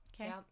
Okay